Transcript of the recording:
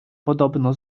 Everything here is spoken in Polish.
podobno